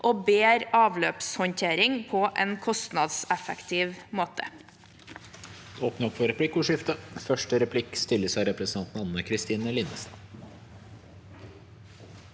og bedre avløpshåndtering på en kostnadseffektiv måte.